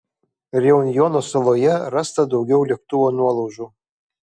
reunjono saloje rasta daugiau lėktuvo nuolaužų